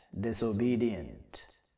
disobedient